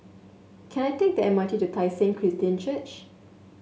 can I take the M R T to Tai Seng Christian Church